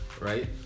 right